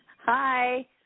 Hi